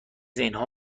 اینها